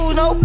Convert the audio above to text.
no